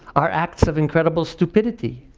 our acts of incredible stupidity.